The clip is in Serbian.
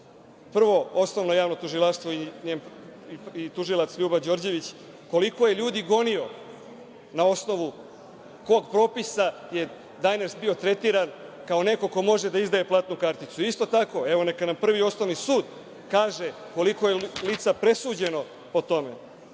Prvo osnovno javno tužilaštvo i tužilac Ljuba Đorđević, koliko je ljudi gonio, na osnovu kog propisa je „Dajners“ bio tretiran kao neko ko može da izdaje platnu karticu? Isto tako, neka nam Prvi osnovni sud kaže koliko je lica presuđeno po